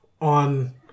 on